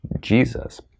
Jesus